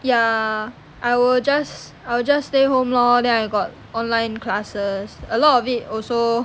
ya I will just I'll just stay home lor then I got online classes a lot of it also